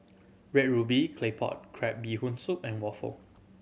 Red Ruby Claypot Crab Bee Hoon Soup and waffle